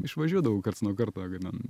išvažiuodavau karts nuo kad ten